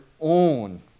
own